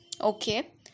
Okay